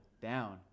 down